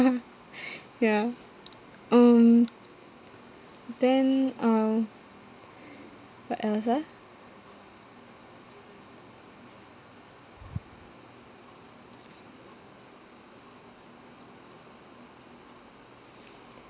ya um then uh what else ah